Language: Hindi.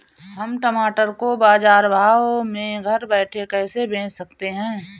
हम टमाटर को बाजार भाव में घर बैठे कैसे बेच सकते हैं?